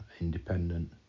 independent